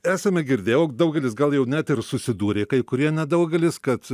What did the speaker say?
esame girdėję daugelis gal jau net ir susidūrė kai kurie nedaugelis kad